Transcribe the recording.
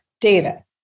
data